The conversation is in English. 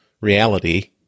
reality